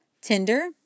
Tinder